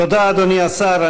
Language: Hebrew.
תודה, אדוני השר.